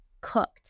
cooked